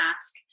ask